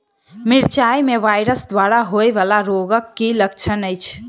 मिरचाई मे वायरस द्वारा होइ वला रोगक की लक्षण अछि?